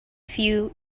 few